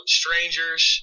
strangers